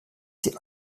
sie